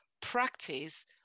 practice